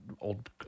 old